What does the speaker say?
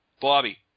Bobby